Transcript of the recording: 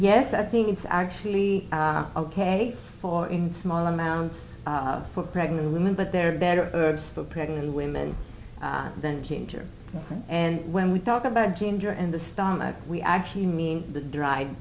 yes i think it's actually ok for in small amounts for pregnant women but there are better herbs for pregnant women than changer and when we talk about ginger and the stomach we actually mean that dried